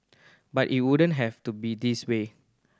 but it wouldn't have to be this way